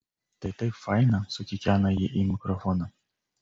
tai taip faina sukikena ji į mikrofoną